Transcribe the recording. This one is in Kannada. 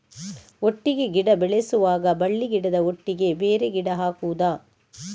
ಒಟ್ಟಿಗೆ ಗಿಡ ಬೆಳೆಸುವಾಗ ಬಳ್ಳಿ ಗಿಡದ ಒಟ್ಟಿಗೆ ಬೇರೆ ಗಿಡ ಹಾಕುದ?